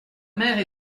mère